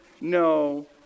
no